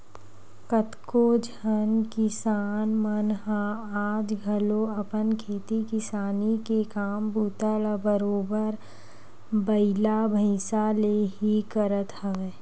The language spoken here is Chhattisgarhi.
कतको झन किसान मन ह आज घलो अपन खेती किसानी के काम बूता ल बरोबर बइला भइसा ले ही करत हवय